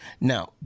Now